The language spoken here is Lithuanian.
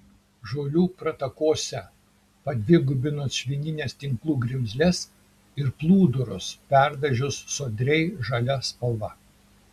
žolių pratakose padvigubinus švinines tinklų grimzles ir plūdurus perdažius sodriai žalia spalva